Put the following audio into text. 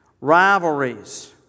rivalries